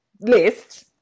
list